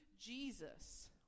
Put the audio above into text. Jesus